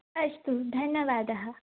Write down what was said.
अस्तु धन्यवादः